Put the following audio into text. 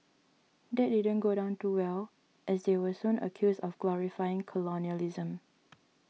that didn't go down too well as they were soon accused of glorifying colonialism